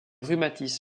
rhumatismes